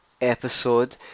episode